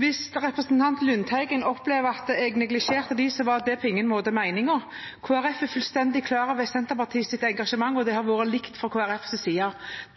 Hvis representanten Lundteigen opplever at jeg neglisjerte dem, var det på ingen måte meningen. Kristelig Folkeparti er fullstendig klar over Senterpartiets engasjement, og det har vært det samme fra Kristelig Folkepartis side.